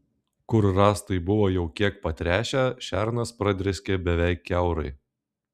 kur rąstai buvo jau kiek patręšę šernas pradrėskė beveik kiaurai